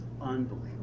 Unbelievable